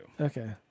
Okay